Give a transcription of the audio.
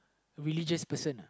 religious person